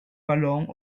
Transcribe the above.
vallon